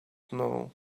know